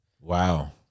Wow